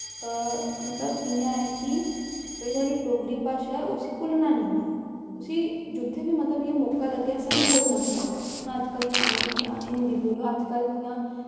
मतलब इ'यां ऐ कि जेह्ड़ी साढ़ी डोगरी भाशा ऐ उस्सी भुलना निं उस्सी जित्थै बी मतलब इ'यां मौका लग्गै सानूं बोलना चाहिदा हून अजकल्ल आखदे हां कि हिन्दी बोलो अजकल्ल इ'यां